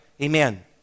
Amen